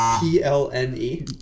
P-L-N-E